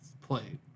played